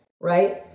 right